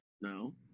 no